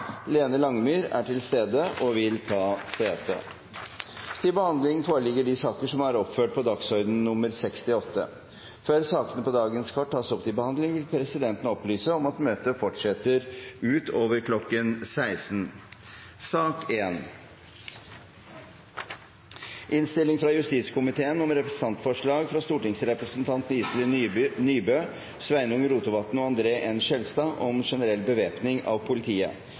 Lene LangemyrFor Nordland fylke: Dagfinn Henrik OlsenFor Østfold fylke: Kjell Håvard Jensen Lene Langemyr er til stede og vil ta sete. Før sakene på dagens kart tas opp til behandling, vil presidenten opplyse om at møtet fortsetter utover kl. 16. Etter ønske fra justiskomiteen vil presidenten foreslå at debatten blir begrenset til 1 time, og